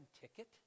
ticket